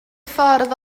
ffordd